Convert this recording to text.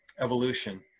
evolution